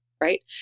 right